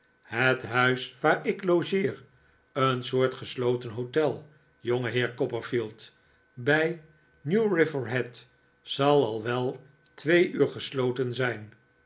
het huis waar ik logeer een soort gesloten hotel jongeheer copperfield bij new river head zal al wel twee uur gesloten zijn